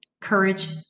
courage